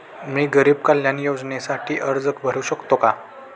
मी गरीब कल्याण योजनेसाठी अर्ज भरू शकतो का?